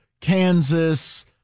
Kansas